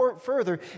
further